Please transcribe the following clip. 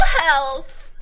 health